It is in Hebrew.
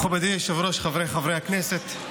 מכובדי היושב-ראש, חבריי חברי הכנסת,